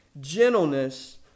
gentleness